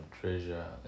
treasure